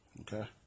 Okay